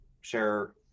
share